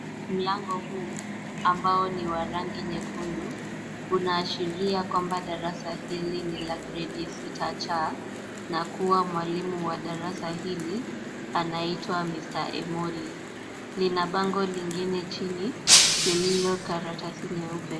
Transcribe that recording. Mlango huu ambao ni wa rangi nyekundu, unaashiria kwamba darasa hili ni la gredi sita C na kuwa mwalimu wa darasa hili anaitwa Mr Emoli. Lina bango lingine chini lililo karatasi nyeupe.